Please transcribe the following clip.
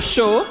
Show